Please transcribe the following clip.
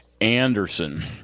Anderson